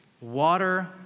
water